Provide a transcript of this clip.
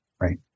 right